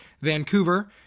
vancouver